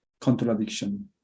contradiction